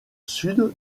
sud